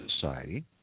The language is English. society